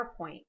PowerPoint